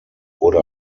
wurde